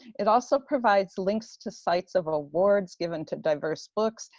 it also provides links to sites, of awards given to diverse books,